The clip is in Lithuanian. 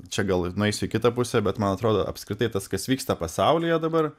čia gal ir nueisiu į kitą pusę bet man atrodo apskritai tas kas vyksta pasaulyje dabar